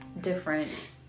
different